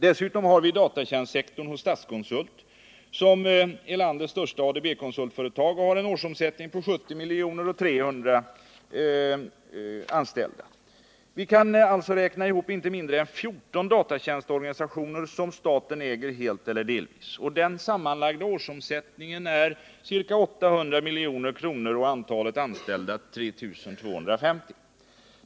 Dessutom har vi datatjänstsektorn hos Statskonsult AB, som är landets största ADB-konsultföretag och har en årsomsättning på 70 milj.kr. och ca 300 anställda. Vi kan alltså räkna ihop inte mindre än 14 datatjänstorganisationer som staten äger helt eller delvis. Den sammanlagda årsomsättningen är ca 800 milj.kr. och antalet anställda 3 250.